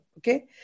Okay